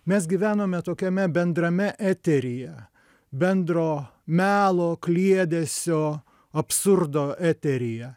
mes gyvenome tokiame bendrame eteryje bendro melo kliedesio absurdo eteryje